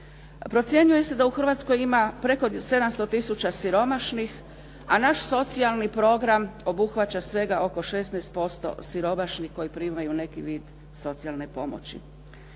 Procjenjuje se da u Hrvatskoj ima preko 700 tisuća siromašnih, a naš socijalni program obuhvaća svega oko 16% siromašnih koji primaju neki vid socijalne pomoći.